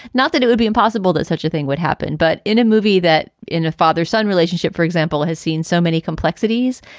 not that it would be impossible that such a thing would happen, but in a movie that in a father son relationship, for example, has seen so many complexities,